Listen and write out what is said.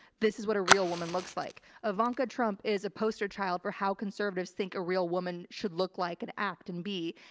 this is what a real woman looks like. ivanka trump is a poster child for how conservatives think a real woman should look like and act and be.